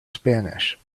spanish